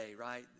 right